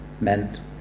meant